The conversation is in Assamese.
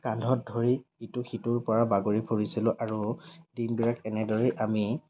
কান্ধত ধৰি ইটো সিটোৰ পৰা বাগৰি ফুৰিছিলোঁ আৰু দিনবিলাক এনেদৰেই আমি